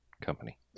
company